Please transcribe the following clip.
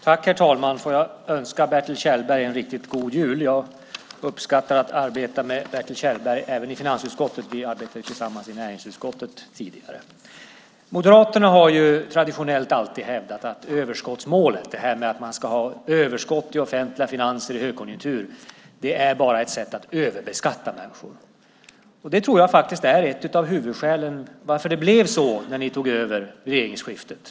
Herr talman! Låt mig börja med att önska Bertil Kjellberg en riktigt god jul. Jag uppskattar att arbeta med honom även i finansutskottet; vi arbetade tidigare tillsammans i näringsutskottet. Moderaterna har traditionellt alltid hävdat att överskottsmålet, att man i en högkonjunktur ska ha överskott i offentliga finanser, bara är ett sätt att överbeskatta människor. Det tror jag är ett av huvudskälen till att det blev som det blev när ni tog över regeringsmakten, Bertil Kjellberg.